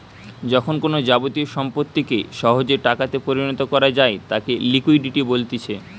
যখন কোনো যাবতীয় সম্পত্তিকে সহজে টাকাতে পরিণত করা যায় তাকে লিকুইডিটি বলতিছে